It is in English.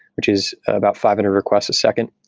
which is about five hundred requests a second.